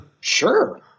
sure